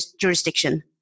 jurisdiction